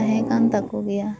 ᱛᱟᱦᱮᱸ ᱠᱟᱱ ᱛᱟᱠᱚ ᱜᱮᱭᱟ